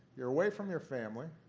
you're away from your family.